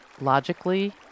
logically